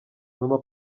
mama